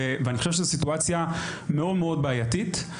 ואני חושב שזו סיטואציה מאוד מאוד בעייתית.